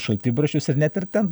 šaltibarščius ir net ir ten